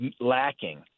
lacking